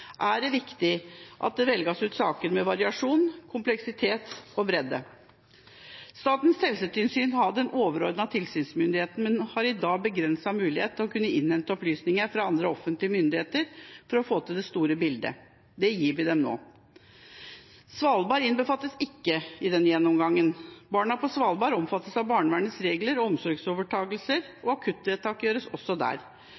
er det viktig at det velges ut saker med variasjon, kompleksitet og bredde. Statens helsetilsyn har den overordnede tilsynsmyndigheten, men har i dag begrenset mulighet til å kunne innhente opplysninger fra andre offentlige myndigheter for å få det store bildet. Det gir vi dem nå. Svalbard innbefattes ikke i denne gjennomgangen. Barna på Svalbard omfattes av barnevernets regler, og